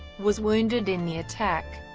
was wounded in the attack.